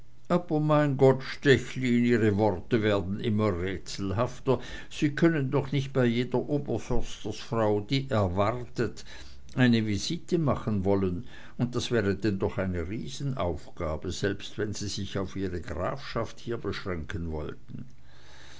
mein gott stechlin ihre worte werden immer rätselhafter sie können doch nicht bei jeder oberförstersfrau die erwartet eine visite machen wollen das wäre denn doch eine riesenaufgabe selbst wenn sie sich auf ihre grafschaft hier beschränken wollten